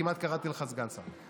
כמעט קראתי לך סגן שר.